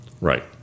Right